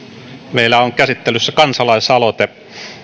meillä on käsittelyssä kansalaisaloite